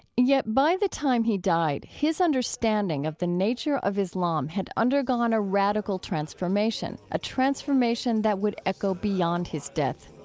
yet by the time he died, his understanding of the nature of islam had undergone a radical transformation, a transformation that would echo beyond his death.